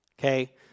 okay